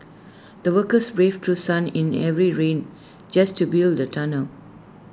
the workers braved through sun in every rain just to build the tunnel